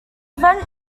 event